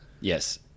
Yes